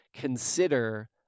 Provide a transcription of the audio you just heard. consider